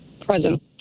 Present